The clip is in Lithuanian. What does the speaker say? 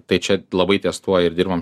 tai čia labai testuoja ir dirbam